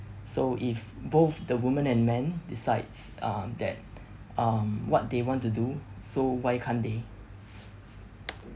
so if both the woman and man decides uh that um what they want to do so why can't they